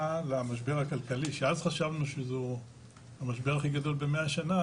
למשבר הכלכלי שאז חשבנו שהוא המשבר הכלכלי הגדול במאה שנה,